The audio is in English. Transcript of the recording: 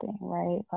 right